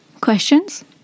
Questions